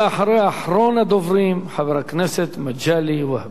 ואחריה אחרון הדוברים, חבר הכנסת מגלי והבה.